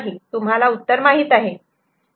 तुम्हाला उत्तर माहित आहे